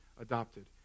adopted